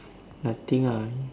nothing ah